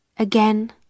Again